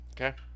Okay